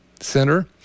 Center